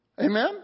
Amen